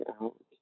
out